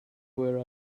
where